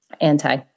Anti